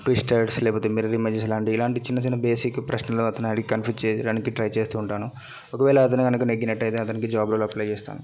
పిస్టర్డ్స్ లేకపోతే mirror images లాంటివి ఇలాంటి చిన్న చిన్న బేసిక్ ప్రశ్నలు అతన్ని అడిగి కన్ఫ్యూజ్ చేయడానికి ట్రై చేస్తూ ఉంటాను ఒకవేళ అతను కనుక నెగ్గినట్లు అయితే అతనికి జాబ్ రోల్ అప్లై చేస్తాను